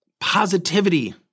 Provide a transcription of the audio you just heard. Positivity